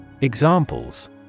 Examples